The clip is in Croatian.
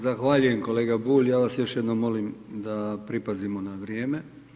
Zahvaljujem kolega Bulj, ja vas još jednom molim, da pripazimo na vrijeme.